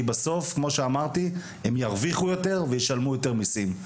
כי בסוף כמו שאמרתי הם ירוויחו יותר וישלמו יותר מיסים.